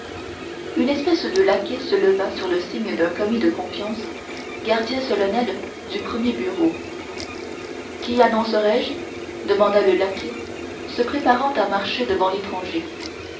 une espèce de laquais se leva sur le signe d'un commis de confiance gardien solennel du premier bureau qui annoncerai je demanda le laquais se préparant à marcher devant l'étranger